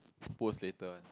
post later one